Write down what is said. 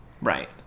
Right